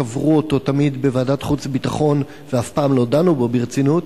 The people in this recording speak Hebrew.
קברו אותו תמיד בוועדת חוץ וביטחון ואף פעם לא דנו בו ברצינות,